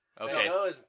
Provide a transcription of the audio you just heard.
Okay